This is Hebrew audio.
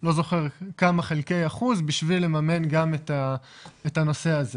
לא זוכר כמה חלקי אחוז בשביל לממן גם את הנושא הזה.